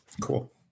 cool